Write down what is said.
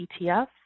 ETF